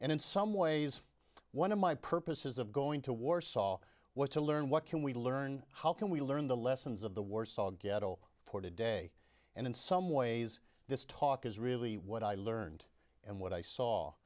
and in some ways one of my purposes of going to warsaw was to learn what can we learn how can we learn the lessons of the warsaw ghetto for today and in some ways this talk is really what i learned and what i saw